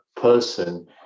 person